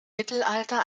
mittelalter